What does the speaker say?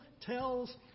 tells